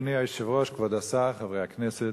אדוני היושב-ראש, כבוד השר, חברי הכנסת,